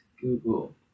Google